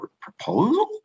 Proposal